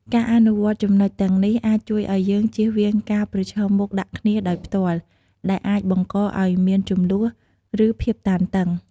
ការអនុវត្តន៍ចំណុចទាំងនេះ អាចជួយឲ្យយើងជៀសវាងការប្រឈមមុខដាក់គ្នាដោយផ្ទាល់ ដែលអាចបង្កឲ្យមានជម្លោះ ឬភាពតានតឹង។